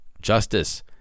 justice